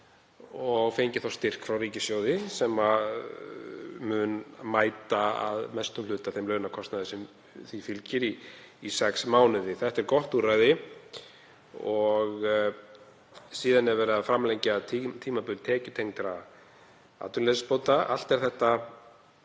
og fengið styrk frá ríkissjóði sem mun mæta að mestum hluta þeim launakostnaði sem því fylgir í sex mánuði. Þetta er gott úrræði. Svo er verið að framlengja tímabil tekjutengdra atvinnuleysisbóta.